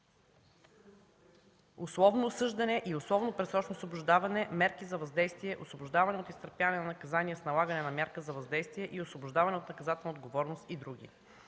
условно осъждане и условно предсрочно освобождаване, мерки за въздействие, освобождаване от изтърпяване на наказание с налагане на мярка за въздействие и освобождаване от наказателна отговорност и други.